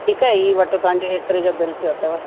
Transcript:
ठीकु आहे हीअ वठो तव्हांजो हेतिरो जो बिल थियो अथव